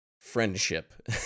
friendship